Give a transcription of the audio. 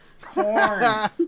Corn